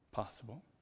possible